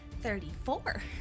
Thirty-four